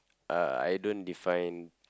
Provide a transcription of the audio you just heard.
uh I don't define